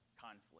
conflict